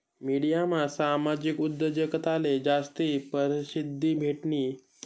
मिडियामा सामाजिक उद्योजकताले जास्ती परशिद्धी भेटनी